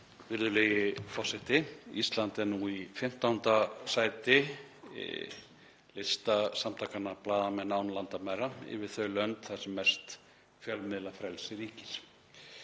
Virðulegi forseti. Ísland er nú í 15. sæti lista samtakanna Blaðamenn án landamæra yfir þau lönd þar sem mest fjölmiðlafrelsi ríkir.